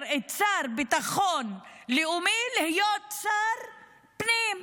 את השר לביטחון לאומי להיות שר הפנים,